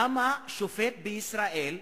למה שופט בישראל,